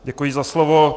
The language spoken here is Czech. Děkuji za slovo.